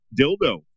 dildo